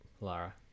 lara